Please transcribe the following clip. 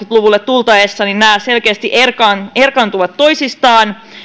luvulle tultaessa nämä selkeästi erkaantuivat erkaantuivat toisistaan